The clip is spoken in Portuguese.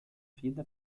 vida